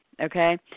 okay